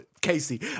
Casey